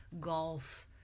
golf